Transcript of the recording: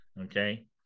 okay